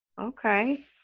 okay